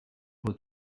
vaut